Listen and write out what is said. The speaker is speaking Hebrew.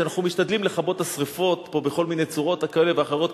שאנחנו משתדלים לכבות את השרפות פה בכל מיני צורות כאלה ואחרות,